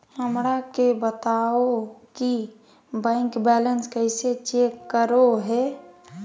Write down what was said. हमरा के बताओ कि बैंक बैलेंस कैसे चेक करो है?